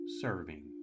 serving